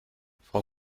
frau